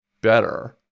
better